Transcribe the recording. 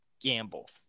gamble